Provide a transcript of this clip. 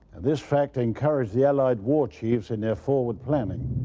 this fact encouraged the allied war chiefs in their forward planning.